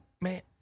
man